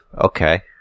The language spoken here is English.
Okay